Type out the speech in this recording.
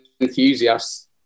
enthusiasts